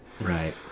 Right